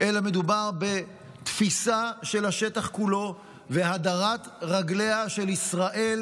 אלא מדובר בתפיסה של השטח כולו והדרת רגליה של ישראל,